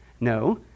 No